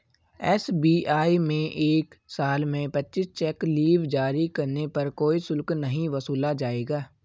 SBI में एक साल में पच्चीस चेक लीव जारी करने पर कोई शुल्क नहीं वसूला जाएगा